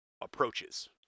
approaches